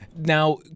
Now